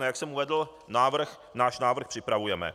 Jak jsem uvedl, náš návrh připravujeme.